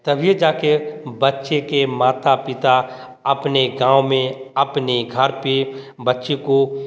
तभी जाके बच्चे के माता पिता अपने गाँव में अपने घर पे बच्चे को